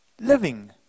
living